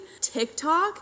TikTok